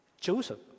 Joseph